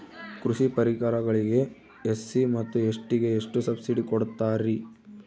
ಕೃಷಿ ಪರಿಕರಗಳಿಗೆ ಎಸ್.ಸಿ ಮತ್ತು ಎಸ್.ಟಿ ಗೆ ಎಷ್ಟು ಸಬ್ಸಿಡಿ ಕೊಡುತ್ತಾರ್ರಿ?